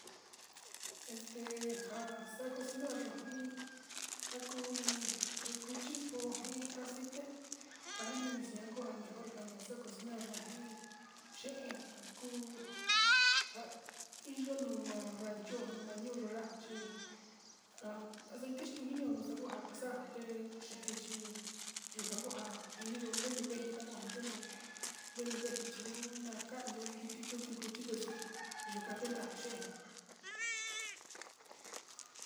Este xa'a cosinar yó iin njaku iin xen cuchi ho iin aceite ainixi nakoa mejor kana xa'a cosinar yuan iin xén kuu nja inyinuma, rango numa yuu nuu na'a xí aceite kuxa'a inio xegun kuu kaxate xén chí yuu a'a njua ini veín kina njonó, nuu vexiji nuna kani yo'o tiku ticuchí ndexu yuu ka'a kena xén.